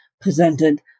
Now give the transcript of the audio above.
presented